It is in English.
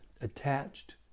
attached